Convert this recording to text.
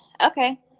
okay